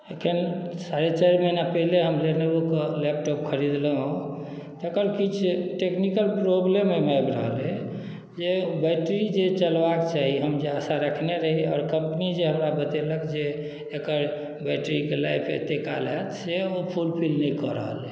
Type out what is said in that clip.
एखन साढ़े चारि महिना पहिले हम लेनेवोके लैपटॉप खरीदलहुँ तकर किछु टेक्निकल प्रॉब्लम एहिमे आबि रहल अइ जे बैटरी जे चलबाक चाही हम जे आशा रखने रही आओर कम्पनी जे हमरा बतेलक जे एकर बैटरीके लाइफ एते काल हैत से ओ फुलफिल नहि कऽ रहल अइ